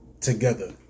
together